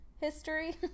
history